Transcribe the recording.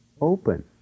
open